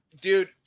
dude